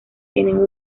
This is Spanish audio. tienen